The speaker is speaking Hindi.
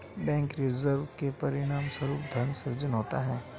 बैंक रिजर्व के परिणामस्वरूप धन सृजन होता है